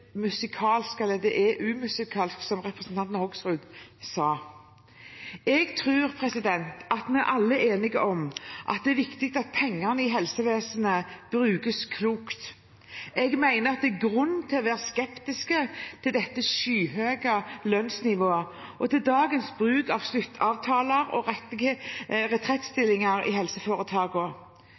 musikalsk; det er umusikalsk, som representanten Hoksrud sa. Jeg tror at vi alle er enige om at det er viktig at pengene i helsevesenet brukes klokt. Jeg mener det er grunn til å være skeptisk til dette skyhøye lønnsnivået og til dagens bruk av sluttavtaler og retrettstillinger i